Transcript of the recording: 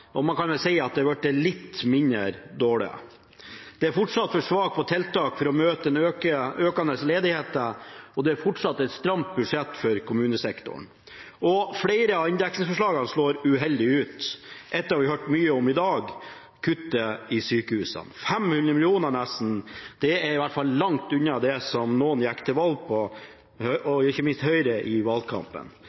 og man kan vel si at det har blitt litt mindre dårlig. Det er fortsatt for svakt på tiltak for å møte den økende ledigheten, og det er fortsatt et stramt budsjett for kommunesektoren. Flere av inndekningsforslagene slår uheldig ut. Ett av dem har vi hørt mye om i dag: kuttet i sykehusene. Nesten 500 mill. kr – det er i hvert fall langt unna det som noen gikk til valg på, ikke minst hva Høyre sa i valgkampen.